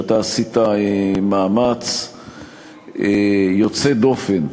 שאתה עשית מאמץ יוצא דופן לנסות,